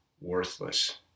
worthless